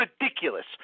ridiculous